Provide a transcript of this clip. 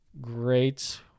great